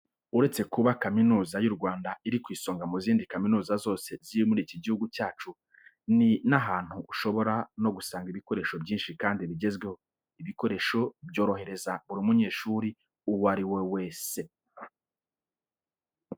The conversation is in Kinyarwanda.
Uretse kuba Kaminuza y'u Rwanda, iri ku isonga mu zindi kaminuza zose ziri muri iki gihugu cyacu, ni n'ahantu ushobora no gusanga ibikoresho byinshi kandi bigezweho. Ibi bikoresho byorohereza buri munyeshuri uwo ari we wese.